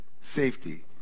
safety